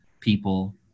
people